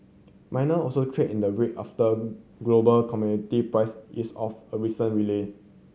miner also trade in the red after global commodity price ease off a recent rally